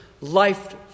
life